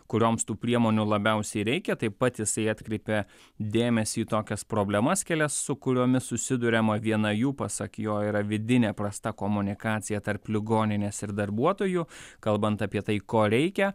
kurioms tų priemonių labiausiai reikia taip pat jisai atkreipia dėmesį į tokias problemas kelias su kuriomis susiduriama viena jų pasak jo yra vidinė prasta komunikacija tarp ligoninės ir darbuotojų kalbant apie tai ko reikia